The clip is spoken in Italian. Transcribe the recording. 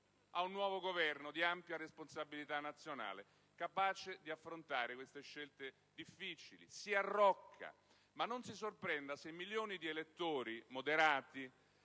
a un nuovo Governo di ampia responsabilità nazionale, capace di affrontare queste scelte difficili. Si arrocca. Ma non si sorprenda se milioni di elettori moderati